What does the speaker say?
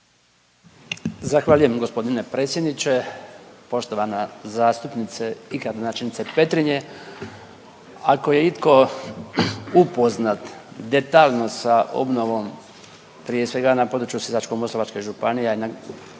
Zahvaljujem gospodine predsjedniče, poštovana zastupnice i gradonačelnice Petrinje. Ako je itko upoznat detaljno sa obnovom prije sve na području Sisačko-moslavačke županije,